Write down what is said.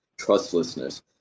trustlessness